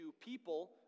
people